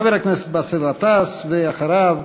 חבר הכנסת באסל גטאס, ואחריו,